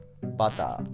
butter